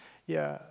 ya